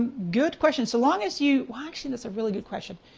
um good question, so long as you, well actually that's a really good question.